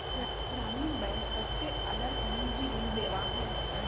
ग्रामीण बैंक सस्ते आदर पर निजी ऋण देवा हई